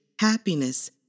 happiness